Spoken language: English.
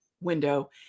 window